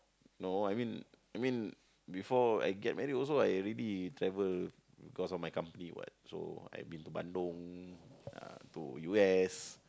no I mean I mean before I get married also [what] I already travel because of my company [what] so I been to Bandung uh to U_S